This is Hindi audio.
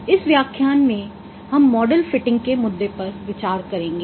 इस व्याख्यान में हम मॉडल फिटिंग के मुद्दे पर विचार करेंगे